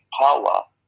power